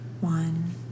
one